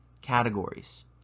categories